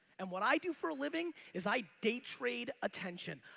and what i do for living is i day trade attention.